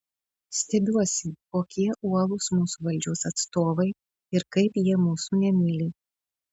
stebiuosi kokie uolūs mūsų valdžios atstovai ir kaip jie mūsų nemyli